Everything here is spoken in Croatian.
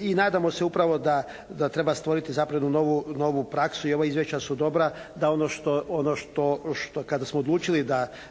I nadamo se upravo da treba stvoriti zapravo jednu novu praksu i ova izvješća su dobra da ono kada smo odlučili